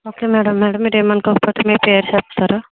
okay madam మీరు ఏం అనుకోకపోతే మీ పేరు చెప్తారా